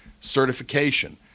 certification